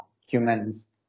humans